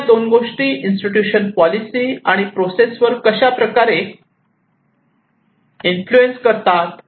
पण या दोन गोष्टी इन्स्टिट्यूशन पॉलिसी आणि प्रोसेस वर कशाप्रकारे इन्फ्लुएन्स करतात